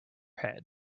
head